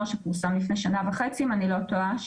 שפורסם לפני שנה וחצי אם אני לא טועה,